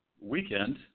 weekend